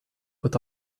but